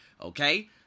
okay